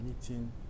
meeting